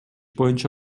боюнча